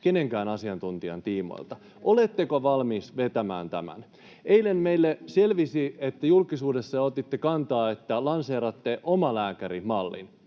kenenkään asiantuntijan tiimoilta. Oletteko valmis vetämään tämän? Eilen meille selvisi, että julkisuudessa otitte kantaa, että lanseeraatte omalääkärimallin.